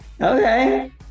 Okay